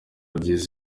byiza